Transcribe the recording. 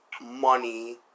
money